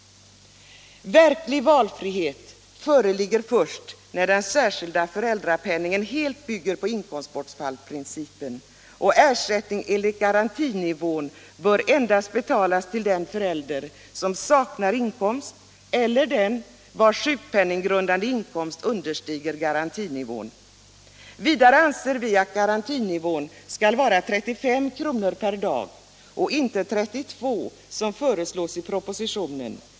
Verklig valfrihet föreligger först när den särskilda föräldrapenningen helt bygger på inkomstbortfallsprincipen. Och ersättning enligt garantinivån bör utbetalas endast till den förälder som saknar inkomst eller vars sjukpenninggrundande inkomst understiger garantinivån. Vidare anser vi att garantinivån skall vara 35 och inte 32 kr. per dag, som föreslås i propositionen.